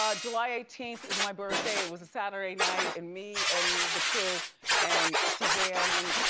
um july eighteenth is my birthday, it was a saturday night, and me and the crew and suzanne and,